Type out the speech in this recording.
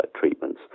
treatments